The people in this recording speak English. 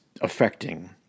affecting